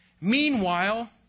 Meanwhile